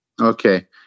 Okay